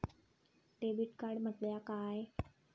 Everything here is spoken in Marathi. डेबिट कार्ड म्हटल्या काय?